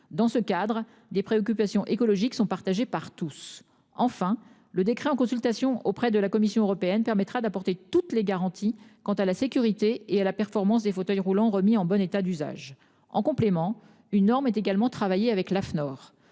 Dans ce cadre des préoccupations écologiques sont partagés par tous, enfin le décret en consultation auprès de la Commission européenne permettra d'apporter toutes les garanties quant à la sécurité et à la performance des fauteuils roulants remis en bonne état d'usage en complément, une norme mais également travailler avec l'Afnor